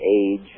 age